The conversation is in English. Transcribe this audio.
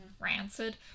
Rancid